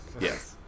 yes